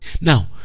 Now